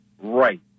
right